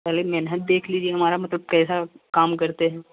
पहले मेहनत देख लीजिए हमारा मतलब कैसा काम करते हैं